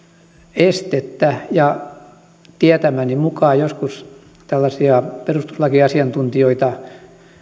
estettä ja tietämäni mukaan joskus tällaisia perustuslakiasiantuntijoita